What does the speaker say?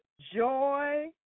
joy